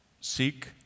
Seek